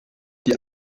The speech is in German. die